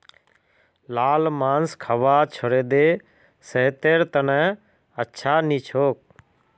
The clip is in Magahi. लाल मांस खाबा छोड़े दे सेहतेर त न अच्छा नी छोक